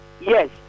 Yes